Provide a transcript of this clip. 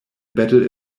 battle